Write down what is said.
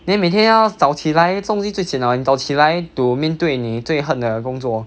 then 每天要早起来这种东西最闲的了你早起来 to 面对你最恨的工作